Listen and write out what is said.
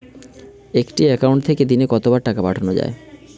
একটি একাউন্ট থেকে দিনে কতবার টাকা পাঠানো য়ায়?